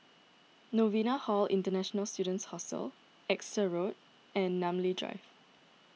Novena Hall International Students Hostel Exeter Road and Namly Drive